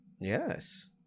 Yes